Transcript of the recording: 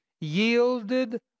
yielded